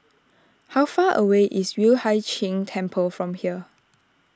how far away is Yueh Hai Ching Temple from here